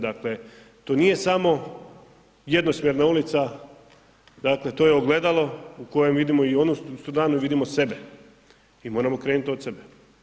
Dakle, to nije samo jednosmjerna ulica, dakle to je ogledalo u kojem vidimo i onu stranu, vidimo sebe i moramo krenut od sebe.